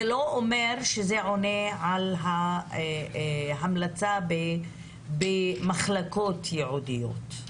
זה לא אומר שזה עונה על ההמלצה לגבי מחלקות ייעודיות.